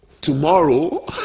tomorrow